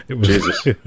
Jesus